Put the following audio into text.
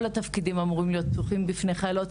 כל התפקידים אמורים להיות פתוחים בפני חיילות,